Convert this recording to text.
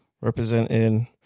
representing